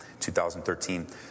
2013